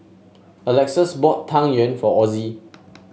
Alexus bought Tang Yuen for Ozzie